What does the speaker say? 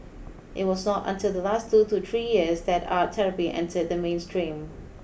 it was not until the last two to three years that art therapy entered the mainstream